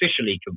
officially